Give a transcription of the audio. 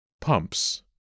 Pumps